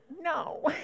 no